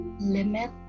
limit